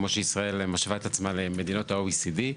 כמו שישראל משווה את עצמה למדינות ה-OECD.